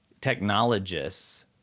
technologists